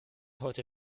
heute